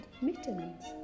Mittens